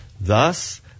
Thus